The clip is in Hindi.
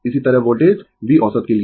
इसी तरह वोल्टेज V औसत के लिए